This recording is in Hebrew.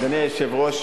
אדוני היושב-ראש,